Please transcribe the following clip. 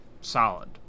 solid